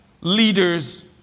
leaders